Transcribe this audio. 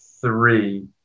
three